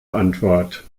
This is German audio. antwort